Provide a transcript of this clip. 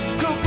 go